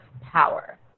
power